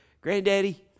Granddaddy